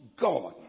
God